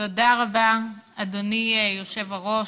תודה רבה, אדוני היושב-ראש.